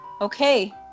okay